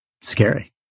scary